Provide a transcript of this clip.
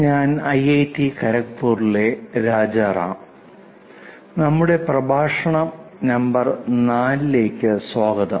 ഞാൻ ഐഐടി ഖരഗ്പൂരിലെ രാജരാം നമ്മുടെ പ്രഭാഷണ നമ്പർ 4 ലേക്ക് സ്വാഗതം